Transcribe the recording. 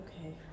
okay